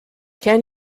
can